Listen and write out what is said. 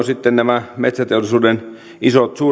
sitten nämä metsäteollisuuden isot